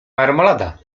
marmolada